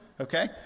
okay